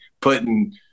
putting